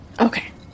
okay